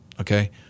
okay